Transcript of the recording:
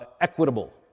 equitable